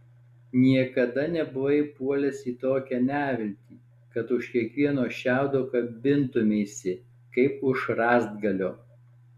niekada nebuvai puolęs į tokią neviltį kad už kiekvieno šiaudo kabintumeisi kaip už rąstgalio